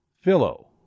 philo